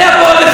היה פה עוד אחד,